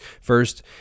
First